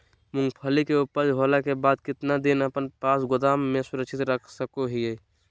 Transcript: मूंगफली के ऊपज होला के बाद कितना दिन अपना पास गोदाम में सुरक्षित रख सको हीयय?